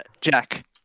Jack